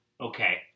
Okay